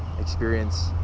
experience